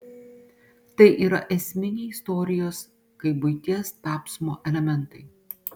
tai yra esminiai istorijos kaip buities tapsmo elementai